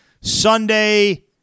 Sunday